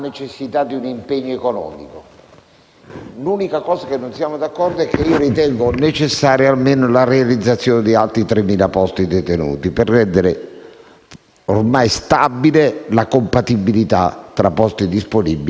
L'unica cosa su cui non siamo d'accordo è che io ritengo necessaria almeno la realizzazione di altri 3.000 posti detenuti, per rendere ormai stabile la compatibilità tra posti disponibili e numero dei detenuti.